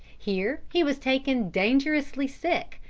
here he was taken dangerously sick,